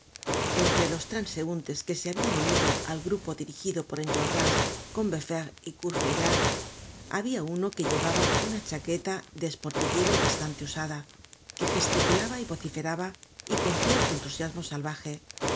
entre los transeuntes que se habian unido al grupo dirigido por enjolras combeferre y courfeyrac habia uno que llevaba una chaqueta de esportillero bastante usada que gesticulaba y vociferaba y con cierto entusiasmo salvaje este